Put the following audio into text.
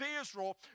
Israel